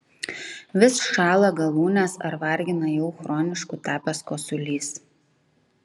vis šąla galūnės ar vargina jau chronišku tapęs kosulys